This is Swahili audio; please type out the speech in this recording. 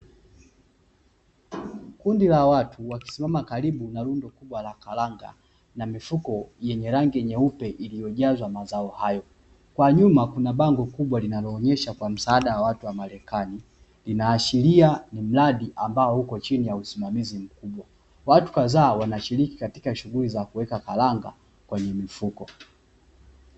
Kundi la watu wakisimama karibu na lundo kubwa la karanga na mifuko yenye rangi nyeupe iliyojazwa mazao hayo. Kwa nyuma kuna bango kubwa linaloonyesha kwa msaada wa watu wa marekani, inaashiria mradi ambao uko chini ya usimamizi mkubwa. Watu kadhaa wanashiriki katika shughuli za kuweka karanga kwenye mifuko.